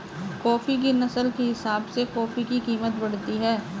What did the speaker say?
coffee की नस्ल के हिसाब से कॉफी की कीमत बढ़ती है